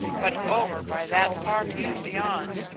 but over by that far butte beyond,